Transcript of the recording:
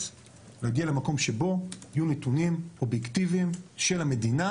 להגיע למקום שבו יהיו נתונים אובייקטיביים של המדינה